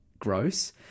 gross